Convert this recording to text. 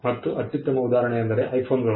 ಮತ್ತು ಅತ್ಯುತ್ತಮ ಉದಾಹರಣೆ ಎಂದರೆ ಐಫೋನ್ಗಳು